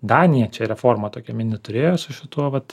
danija čia reformą tokią mini turėjo su šituo vat